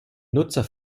nutzer